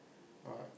what